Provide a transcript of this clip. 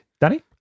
Danny